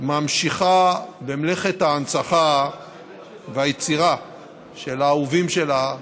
ממשיכה במלאכת הנצחה והיצירה של האהובים שלה,